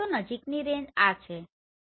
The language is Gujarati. તો નજીકની રેન્જ આ છે બરોબર